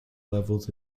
levels